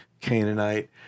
Canaanite